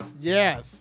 Yes